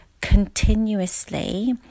continuously